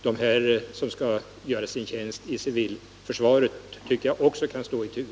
De som skall göra sin tjänst i civilförsvaret kan enligt min mening också stå i tur.